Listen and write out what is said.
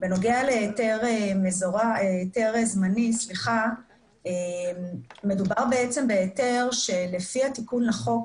בנוגע להיתר זמני, מדובר בהיתר שלפי התיקון לחוק